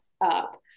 up